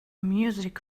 music